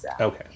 Okay